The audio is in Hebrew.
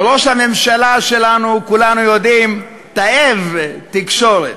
ראש הממשלה שלנו, כולנו יודעים, תאב תקשורת,